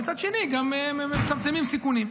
ומצד שני מצמצמים סיכונים.